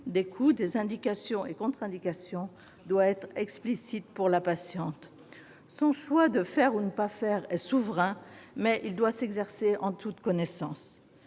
des coûts, des indications et contre-indications doit être explicite pour la patiente. Le choix de celle-ci de faire ou de ne pas faire est souverain, mais il doit s'exercer en toute connaissance.